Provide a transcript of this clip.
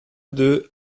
deux